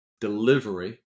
delivery